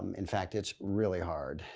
um in fact it's really hard.